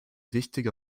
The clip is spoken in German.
wichtige